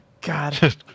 God